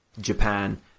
Japan